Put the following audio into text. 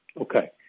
Okay